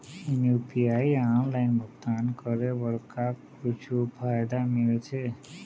UPI online भुगतान करे बर का कुछू फायदा मिलथे?